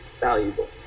valuable